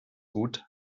gut